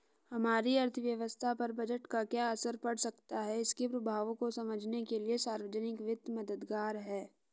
हमारी अर्थव्यवस्था पर बजट का क्या असर पड़ सकता है इसके प्रभावों को समझने के लिए सार्वजिक वित्त मददगार है